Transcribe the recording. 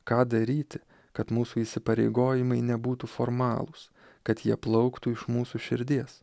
ką daryti kad mūsų įsipareigojimai nebūtų formalūs kad jie plauktų iš mūsų širdies